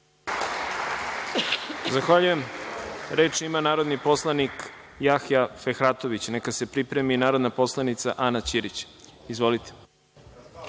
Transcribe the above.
Zahvaljujem. Reč ima narodni poslanik Jahja Fehratović. Neka se pripremi narodna poslanica Ana Ćirić. Izvolite.